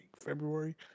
february